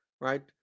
right